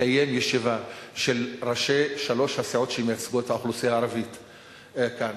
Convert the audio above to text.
לקיים ישיבה של ראשי שלוש הסיעות שמייצגות את האוכלוסייה הערבית כאן,